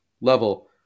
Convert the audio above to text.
level